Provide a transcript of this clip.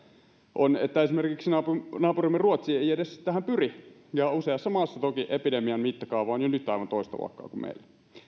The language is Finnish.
on että esimerkiksi naapurimme ruotsi ei ei edes tähän pyri ja useassa maassa toki epidemian mittakaava on jo nyt aivan toista luokkaa kuin meillä